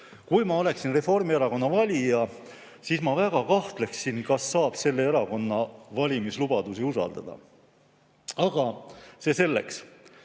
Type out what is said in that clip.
Kui ma oleksin Reformierakonna valija, siis ma väga kahtleksin, kas saab selle erakonna valimislubadusi usaldada. Aga see selleks.